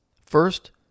First